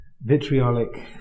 vitriolic